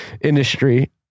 industry